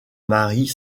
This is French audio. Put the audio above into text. marient